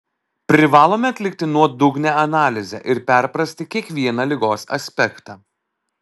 privalome atlikti nuodugnią analizę ir perprasti kiekvieną ligos aspektą